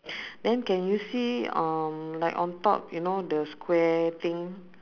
then can you see um like on top you know the square thing